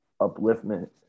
upliftment